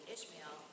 Ishmael